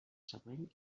següent